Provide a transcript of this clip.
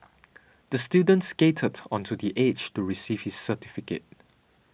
the student skated onto the stage to receive his certificate